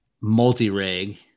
multi-rig